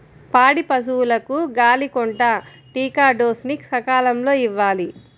పాడి పశువులకు గాలికొంటా టీకా డోస్ ని సకాలంలో ఇవ్వాలి